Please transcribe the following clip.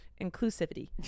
Inclusivity